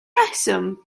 rheswm